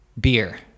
beer